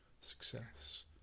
success